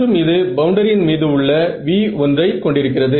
மற்றும் இது பவுண்டரியின் மீது உள்ள v1 ஐ கொண்டிருக்கிறது